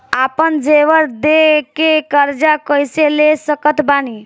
आपन जेवर दे के कर्जा कइसे ले सकत बानी?